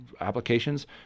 applications